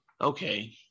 okay